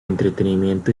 entretenimiento